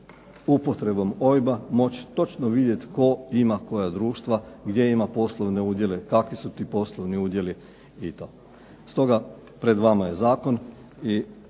upotrebom OIB-a moći točno vidjeti tko ima koja društva, gdje ima poslovne udjele, kakvi su ti poslovni udjeli i to. Stoga pred vama je zakon